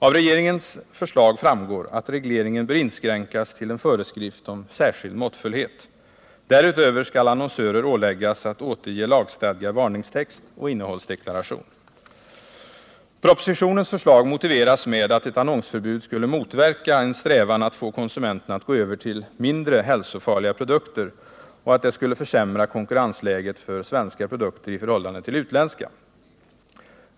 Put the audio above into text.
Av regeringens förslag framgår att regleringen bör inskränkas till en föreskrift om ”särskild måttfullhet”. Därutöver skall annonsörer åläggas att återge lagstadgad varningstext och innehållsdeklaration. Propositionens förslag motiveras med att ett annonsförbud skulle motverka en strävan att få konsumenterna att gå över till mindre hälsofarliga produkter och att det skulle försämra konkurrensläget för svenska produkter i förhållande till utländska.